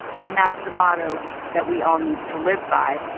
and that's the motto that we all need to live by.